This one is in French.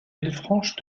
villefranche